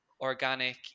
organic